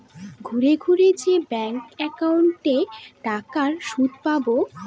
ঘুরে ঘুরে যে ব্যাঙ্ক একাউন্টে টাকার সুদ পাবো